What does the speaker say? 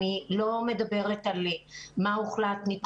לא מדברת על מה הוחלט.